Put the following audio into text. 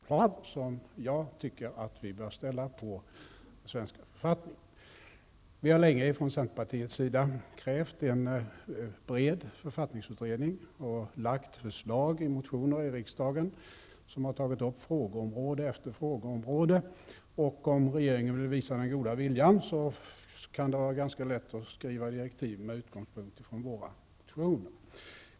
Herr talman! Det har här refererats till regeringsförklaringen. Jag tycker att regeringsförklaringen är väldigt tunn när det gäller författningsfrågor och demokratifrågor över huvud taget. Det behövs vidare initiativ än vad som finns i regeringsförklaringen. Man kan naturligtvis vara tacksam för de initiativ som enligt regeringen skall tas, men det tillgodoser inte de reformkrav som jag anser att vi bör ställa på den svenska författningen. Vi har länge från centerpartiet krävt en bred författningsutredning, och vi har i motioner till riksdagen lagt fram förslag om frågeområde efter frågeområde. Om regeringen vill visa den goda viljan kan det vara ganska lätt att skriva direktiv med utgångspunkt i våra motioner.